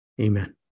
Amen